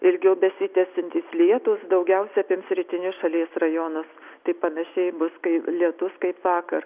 ilgiau besitęsiantys lietūs daugiausia apims rytinius šalies rajonus tai panašiai bus kai lietus kaip vakar